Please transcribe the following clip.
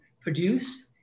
produce